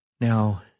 Now